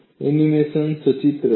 animation સચિત્ર છે